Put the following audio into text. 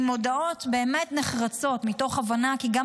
עם הודעות באמת נחרצות מתוך הבנה כי גם